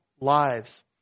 lives